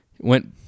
went